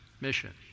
mission